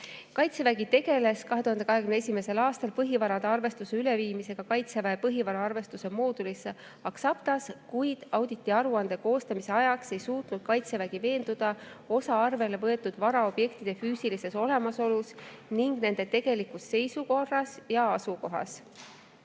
Kaitsevägi tegeles 2021. aastal põhivarade arvestuse üleviimisega Kaitseväe põhivara arvestuse moodulisse Axaptas, kuid auditiaruande koostamise ajaks ei suutnud Kaitsevägi veenduda osa arvele võetud varaobjektide füüsilises olemasolus ning nende tegelikus seisukorras ja asukohas.